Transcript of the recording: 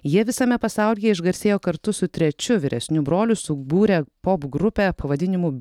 jie visame pasaulyje išgarsėjo kartu su trečiu vyresniu broliu subūrę popgrupę pavadinimu